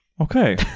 Okay